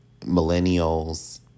millennials